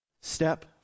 Step